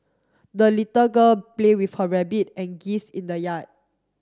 the little girl play with her rabbit and geese in the yard